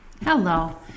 Hello